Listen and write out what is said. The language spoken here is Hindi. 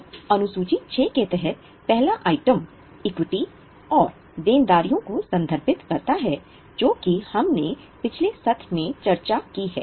अब अनु सूची VI के तहत पहला आइटम इक्विटी और देनदारियों को संदर्भित करता है जो कि हमने पिछले सत्र में चर्चा की है